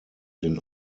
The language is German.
den